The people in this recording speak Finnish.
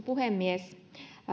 puhemies